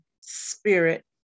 spirit